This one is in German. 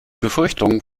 befürchtung